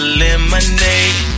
lemonade